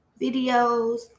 videos